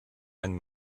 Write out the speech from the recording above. ein